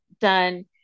done